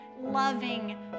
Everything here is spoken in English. loving